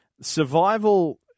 survival